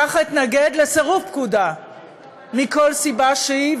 כך אתנגד לסירוב פקודה מכל סיבה שהיא.